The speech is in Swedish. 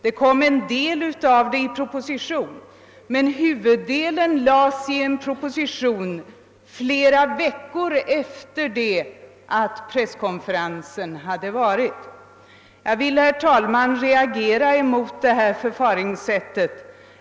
En del av det fanns med i en proposition, men huvuddelen lades fram i en proposition för riksdagen flera veckor efter presskonferensen. Jag vill, herr talman, reagera mot detta förfaringssätt.